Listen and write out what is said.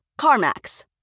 CarMax